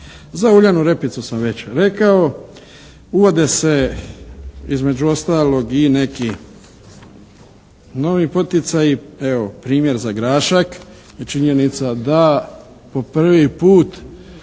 Za uljanu repicu sam već rekao. Uvode se između ostalog i neki novi poticaji. Evo primjer za grašak. Činjenica da po prvi put